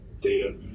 data